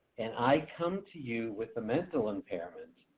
and i come to you with a mental impairment,